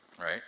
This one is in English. right